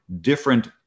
different